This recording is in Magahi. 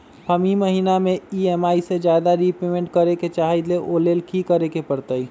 हम ई महिना में ई.एम.आई से ज्यादा रीपेमेंट करे के चाहईले ओ लेल की करे के परतई?